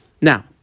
now